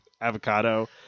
avocado